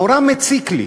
נורא מציק לי.